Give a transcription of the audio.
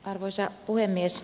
arvoisa puhemies